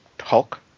Hulk